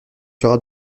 sera